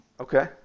Okay